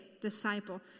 disciple